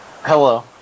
Hello